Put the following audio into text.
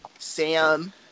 Sam